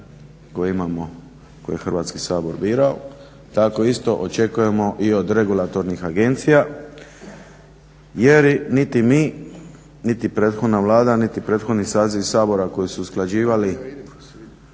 koje je Hrvatski sabor birao. Tako isto očekujemo i od regulatornih agencija jer niti mi niti prethodna Vlada niti prethodni saziv Sabora koji su usklađivali